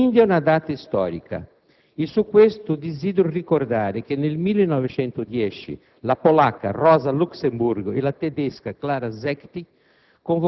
quindi è una data storica. E a questo proposito desidero ricordare che nel 1910 la polacca Rosa Luxemburg e la tedesca Clara Zetkin